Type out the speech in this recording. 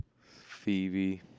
Phoebe